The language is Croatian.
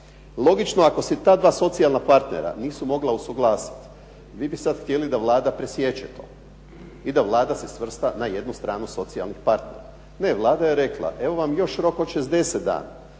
Logično ako se ta dva socijalna partnera nisu mogla usuglasiti vi bi sad htjeli da Vlada presiječe to i da Vlada se svrsta na jednu stranu socijalnih partnera. Ne, Vlada je rekla evo vam još rok od 60 dana,